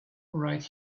right